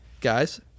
guys